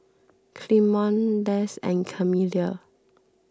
Clemon Les and Camila